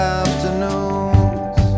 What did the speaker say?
afternoons